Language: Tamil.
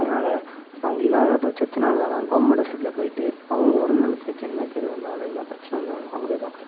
அதனால அவங்க இல்லாத பட்சத்துனால் தான் கவுர்மெண்ட் ஹாஸ்பிட்டலில் போய்விட்டு அவங்க உடல்நலத்துக்கு என்ன கேடு வந்தாலும் என்ன பிரச்சனை வந்தாலும் அங்கே போய் பார்க்குறாங்க